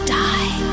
die